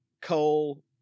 coal